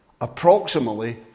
approximately